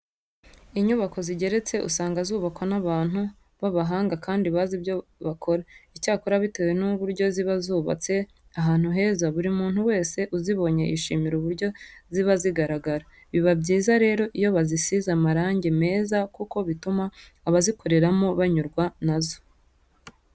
Inyubako zigeretse usanga zubakwa n'abantu b'abahanga kandi bazi ibyo bakora. Icyakora bitewe n'uburyo ziba zubatse ahantu heza, buri muntu wese uzibonye yishimira uburyo ziba zigaragara. Biba byiza rero iyo bazisize amarange meza kuko bituma abazikoreramo banyurwa na zo.